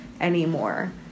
anymore